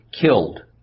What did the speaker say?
killed